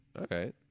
Okay